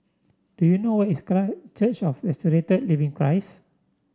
do you know where is Church of Resurrected Living Christ